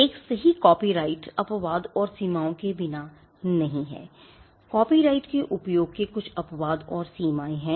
एक सही कॉपीराइट अपवाद और सीमाओं के बिना नहीं है कॉपीराइट के उपयोग के कुछ अपवाद और सीमाएँ हैं